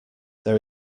there